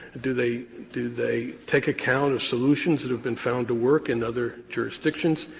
do they do they take account of solutions that have been found to work in other jurisdictions?